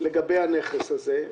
לגבי הנכס הזה.